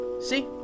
See